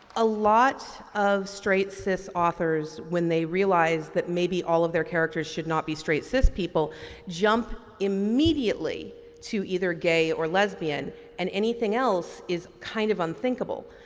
a lot of straight cis authors when they realize that maybe all of their characters should not be straight cis people jump immediately to either gay or lesbian and anything else is kind of unthinkable.